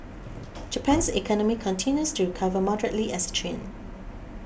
Japan's economy continues to recover moderately as a trend